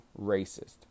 racist